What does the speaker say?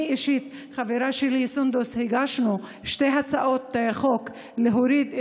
אני וחברה שלי סונדוס הגשנו שתי הצעות חוק להורדת